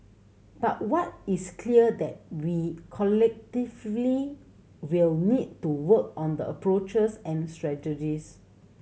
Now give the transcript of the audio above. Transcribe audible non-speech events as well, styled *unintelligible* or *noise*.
but what is clear that we *unintelligible* will need to work on the approaches and strategies